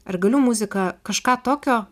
ar galiu muzika kažką tokio